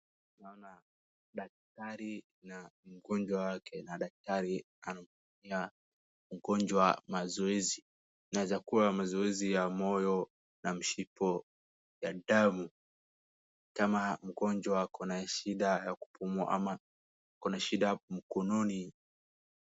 Naona daktari na mgonjwa wake na daktari anamfanyia mgonjwa mazoezi. Inaweza kuwa mazoezi ya moyo na mshipo ya damu kama mgonjwa akona shida ya kupumua ama akona shida mkononi.